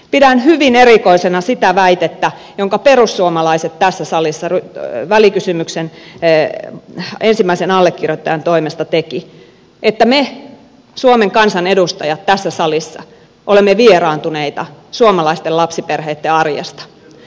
pidän hyvin erikoisena sitä väitettä jonka perussuomalaiset tässä salissa välikysymyksen ensimmäisen allekirjoittajan toimesta tekivät että me suomen kansan edustajat tässä salissa olemme vieraantuneita suomalaisten lapsiperheitten arjesta